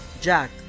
Jack